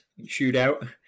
shootout